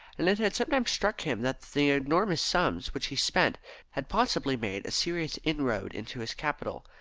and it had sometimes struck him that the enormous sums which he spent had possibly made a serious inroad into his capital,